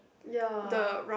ya